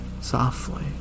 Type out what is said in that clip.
softly